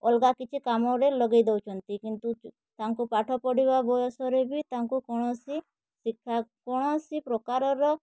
ଅଲଗା କିଛି କାମରେ ଲଗେଇ ଦଉଛନ୍ତି କିନ୍ତୁ ତାଙ୍କୁ ପାଠ ପଢ଼ିବା ବୟସରେ ବି ତାଙ୍କୁ କୌଣସି ଶିକ୍ଷା କୌଣସି ପ୍ରକାରର